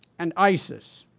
and isis.